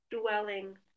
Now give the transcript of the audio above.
dwelling